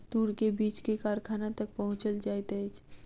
तूर के बीछ के कारखाना तक पहुचौल जाइत अछि